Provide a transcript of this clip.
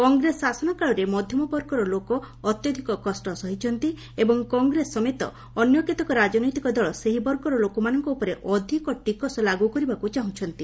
କଂଗ୍ରେସ ଶାସନକାଳରେ ମଧ୍ୟମ ବର୍ଗର ଲୋକ ଅତ୍ୟଧିକ କଷ୍ଟ ସହିଛନ୍ତି ଏବଂ କଂଗ୍ରେସ ସମେତ ଅନ୍ୟ କେତକ ରାଜନୈତିକ ଦଳ ସେହି ବର୍ଗର ଲୋକମାନଙ୍କ ଉପରେ ଅଧିକ ଟିକସ ଲାଗୁ କରିବାକୁ ଚାହୁଁଛନ୍ତି